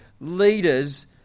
leaders